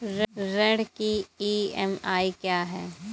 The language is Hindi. ऋण की ई.एम.आई क्या है?